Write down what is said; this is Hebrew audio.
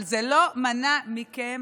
אבל זה לא מנע מכם,